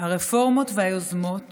הרפורמות והיוזמות